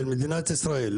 של מדינת ישראל.